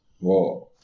Whoa